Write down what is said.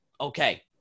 Okay